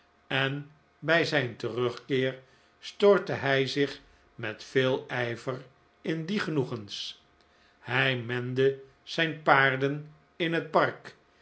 en bij zijn terugkeer stortte hij zich met veel ijver in die genoegens hij mende zijn paarden in het park